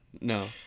No